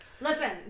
Listen